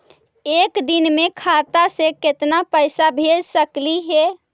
एक दिन में खाता से केतना पैसा भेज सकली हे?